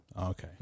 Okay